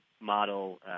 model